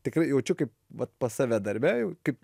tikrai jaučiu kaip vat pas save darbe jau kaip